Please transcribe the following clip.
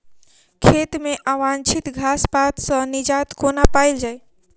खेत मे अवांछित घास पात सऽ निजात कोना पाइल जाइ?